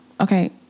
Okay